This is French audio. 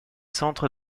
centres